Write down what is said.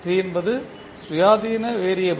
t என்பது சுயாதீன variable